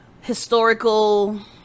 historical